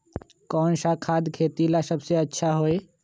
कौन सा खाद खेती ला सबसे अच्छा होई?